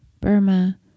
Burma